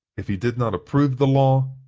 if he did not approve the law,